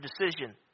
decision